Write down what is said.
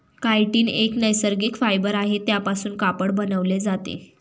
chitin एक नैसर्गिक fibre आहे त्यापासून कापड बनवले जाते